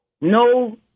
No